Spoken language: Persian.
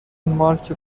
مارک